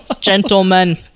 Gentlemen